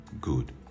good